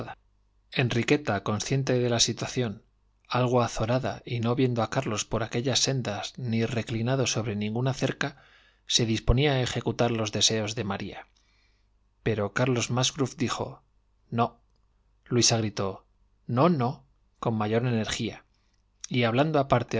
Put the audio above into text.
enriqueta consciente de la situación algo azorada y no viendo a carlos por aquellas sendas reclinado sobre ninguna cerca se disponía a ejecutar los deseos de maría pero carlos musgrove dijo no luisa gritó no no con mayor energía y hablando